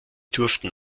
durften